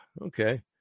okay